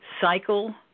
cycle